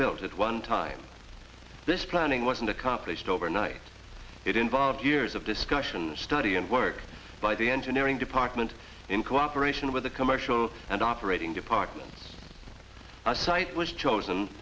built at one time this planning wasn't accomplished overnight it involved years of discussion study and work by the engineering department in cooperation with the commercial and operating departments our site was chosen